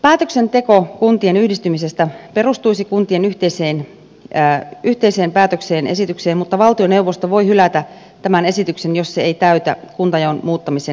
päätöksenteko kuntien yhdistymisestä perustuisi kuntien yhteiseen päätökseen ja esitykseen mutta valtioneuvosto voi hylätä tämän esityksen jos se ei täytä kuntajaon muuttamisen edellytyksiä